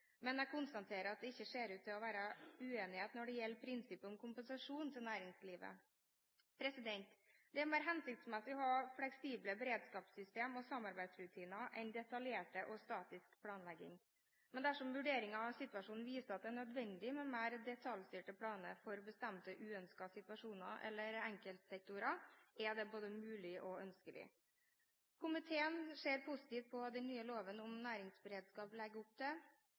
men jeg konstaterer at det ikke ser ut til å være uenighet når det gjelder prinsippet om kompensasjon til næringslivet. Det er mer hensiktsmessig å ha fleksible beredskapssystemer og samarbeidsrutiner enn detaljert og statisk planlegging. Men dersom vurderinger av situasjonen viser at det er nødvendig med mer detaljstyrte planer for bestemte uønskede situasjoner eller for enkeltsektorer, er dette både mulig og ønskelig. Komiteen ser positivt på at den nye loven om næringsberedskap legger opp til